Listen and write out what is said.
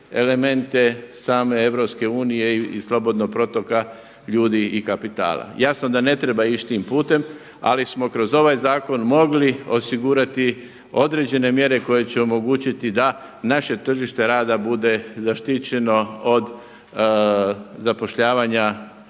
elemente same EU i slobodnog protoka ljudi i kapitala. Jasno da ne treba ići tim putem, ali smo kroz ovaj zakon mogli osigurati određene mjere koje će omogućiti da naše tržište rada bude zaštićeno od zapošljavanja